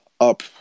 up